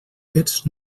fets